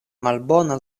malbona